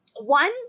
One